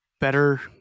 better